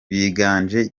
biganje